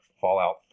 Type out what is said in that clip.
Fallout